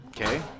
Okay